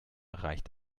reicht